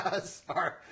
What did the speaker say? Sorry